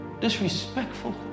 disrespectful